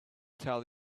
tell